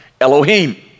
Elohim